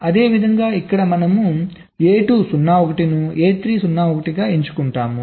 అదేవిధంగా ఇక్కడ మనం A2 0 1 ను A3 0 1 ను ఎంచుకుంటాము